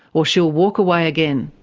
or she'll walk away again.